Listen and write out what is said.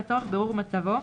לצורך בירור מצבו,